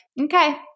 okay